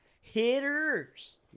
Hitters